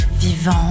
vivant